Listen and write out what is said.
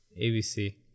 ABC